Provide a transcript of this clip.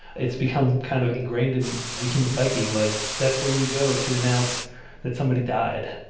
it's become kind of ingrained in the human psyche. like that's where you go to announce that somebody died.